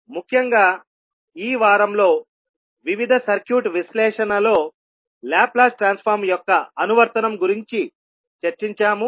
ముఖ్యంగా ఈ వారంలో వివిధ సర్క్యూట్ విశ్లేషణలో లాప్లాస్ ట్రాన్స్ఫార్మ్ యొక్క అనువర్తనం గురించి చర్చించాము